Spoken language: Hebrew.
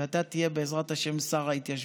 ואתה תהיה, בעזרת השם, שר ההתיישבות,